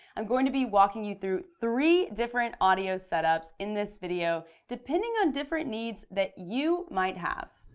i'm going to be walking you through three different audio setups in this video depending on different needs that you might have.